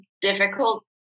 difficult